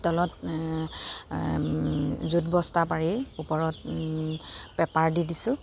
তলত য'ত বস্তা পাৰি ওপৰত পেপাৰ দি দিছোঁ